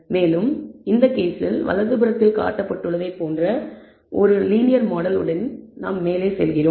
மேலும் இந்த கேஸில் வலதுபுறத்தில் காட்டப்பட்டுள்ளதைப் போன்ற ஒரு லீனியர் மாடல் உடனே நாம் மேலும் செல்கிறோம்